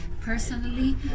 personally